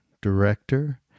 director